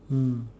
mm